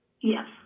Yes